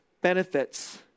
benefits